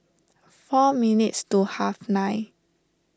four minutes to half nine